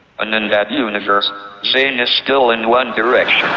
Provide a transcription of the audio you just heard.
and in that universe zayn is still in one direction.